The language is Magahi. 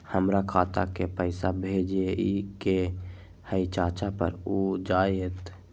हमरा खाता के पईसा भेजेए के हई चाचा पर ऊ जाएत?